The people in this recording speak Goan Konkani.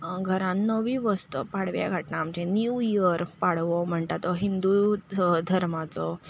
घरांत नवी वस्त पाडव्याक हाडटा आमचें न्यू इयर पाडवो म्हणटा तो हिंदू धर्माचो